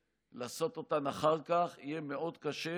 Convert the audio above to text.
לעשות אותן אחר כך יהיה מאוד קשה,